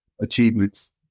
achievements